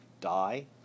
die